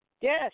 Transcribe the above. Yes